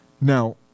Now